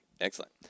Excellent